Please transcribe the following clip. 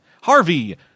Harvey